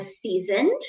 seasoned